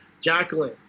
Jacqueline